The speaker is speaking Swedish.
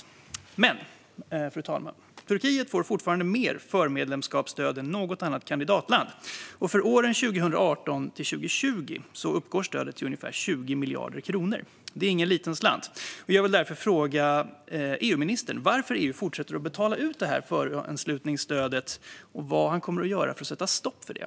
Men, fru talman, Turkiet får fortfarande mer förmedlemskapsstöd än något annat kandidatland. För åren 2018-2020 uppgår stödet till ungefär 20 miljarder kronor. Det är ingen liten slant. Jag vill därför fråga EU-ministern varför EU fortsätter att betala ut detta föranslutningsstöd och vad han kommer att göra för att sätta stopp för det.